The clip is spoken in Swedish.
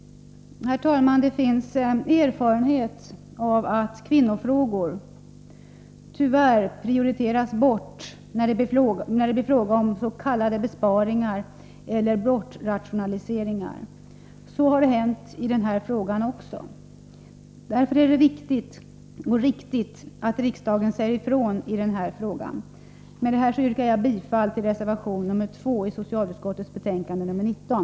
Det finns erfarenhet av att kvinnofrågor tyvärr prioriteras bort när det blir fråga om s.k. besparingar eller bortrationaliseringar. Så har hänt också i detta fall. Därför är det riktigt och viktigt att riksdagen säger ifrån i denna fråga. Herr talman! Med detta yrkar jag bifall till reservation 2 till socialutskottets betänkande 19.